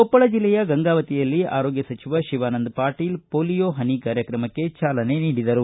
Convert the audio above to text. ಕೊಪ್ಪಳ ಜಿಲ್ಲೆಯ ಗಂಗಾವತಿಯಲ್ಲಿ ಆರೋಗ್ಯ ಸಚಿವ ಶಿವಾನಂದ ಪಾಟೀಲ್ ಪೋಲಿಯೊ ಹನಿ ಕಾರ್ಯಕ್ರಮಕ್ಕೆ ಚಾಲನೆ ನೀಡಿದರು